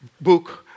book